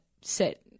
sit